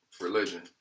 religion